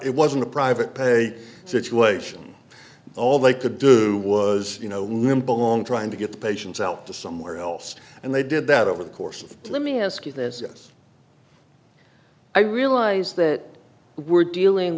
it wasn't a private pay situation all they could do was you know limp along trying to get the patients out to somewhere else and they did that over the course let me ask you this i realize that we're dealing